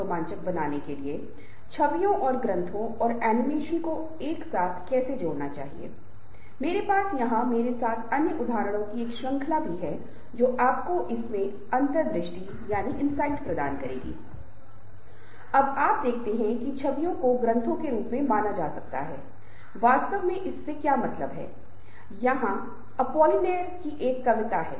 संगठन में यह शैक्षणिक संस्थान हो सकता है यह कुछ कारखाने या कंपनी या कोई अन्य सामाजिक संगठन स्वैच्छिक संगठन हो सकता है हमेशा यहआवश्यक है कि लोग एक समूह में काम करें और जिस क्षण इसे एक समूह माना जाता है तब हमेशा एक हिस्सा सोचता है समूह या ऐसी भावना होनी चाहिए कि वह विशेष समूह से संबंध रखती है और उस समूह के साथ खुद की पहचान करती है और हमेशा अपना सर्वश्रेष्ठ करने की कोशिश करती है